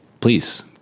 please